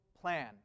plan